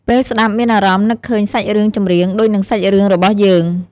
ពេលស្តាប់មានអារម្មណ៍នឹកឃើញសាច់រឿងចម្រៀងដូចនិងសាច់រឿងរបស់យើង។